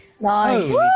Nice